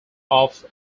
off